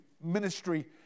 ministry